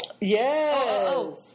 Yes